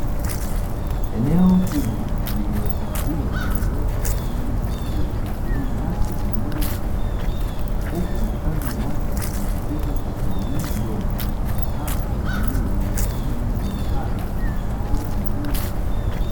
Eneo kubwa lililotawaliwa na uoto wa kijani wa asili ikiwemo nyasi pamoja na miti, huku makazi ya watu yakijitokeza kwa asilimia ndogo na anga la bluu lililofunika maeneo hayo yenye mazingira mazuri ya mvuto.